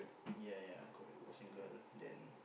ya ya correct the boxing girl then